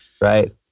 Right